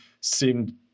seemed